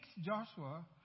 Joshua